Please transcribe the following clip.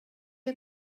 you